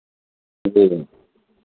जी